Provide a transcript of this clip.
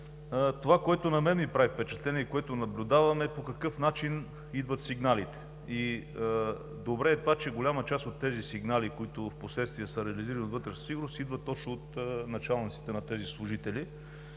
това, което на мен ми прави впечатление и наблюдавам, е по какъв начин идват сигналите. Добре е, че голяма част от сигналите, които впоследствие са реализирани от „Вътрешна сигурност“, идват точно от началниците на тези служители